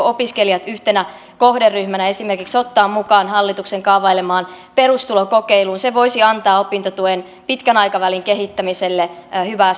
opiskelijat yhtenä kohderyhmänä esimerkiksi ottaa mukaan hallituksen kaavailemaan perustulokokeiluun se voisi antaa opintotuen pitkän aikavälin kehittämiselle hyvää